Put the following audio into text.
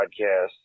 podcast